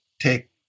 take